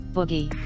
Boogie